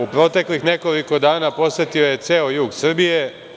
U proteklih nekoliko dana posetio je ceo jug Srbije.